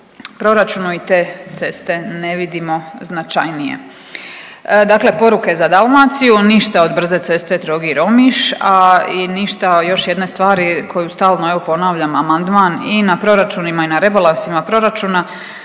proračunu i te ceste ne vidimo značajnije. Dakle, poruke za Dalmaciju ništa od brze ceste Trogir-Omiš, a i ništa još jedne stvari koju stalno ponavljam amandman i na proračunima i rebalansima proračuna,